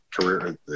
career